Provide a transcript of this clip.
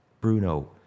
Bruno